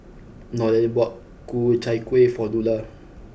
Nolen bought Ku Chai Kuih for Lula